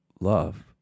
love